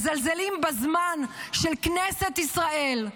מזלזלים בזמן של כנסת ישראל.